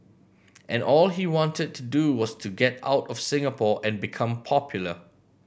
and all he wanted to do was to get out of Singapore and become popular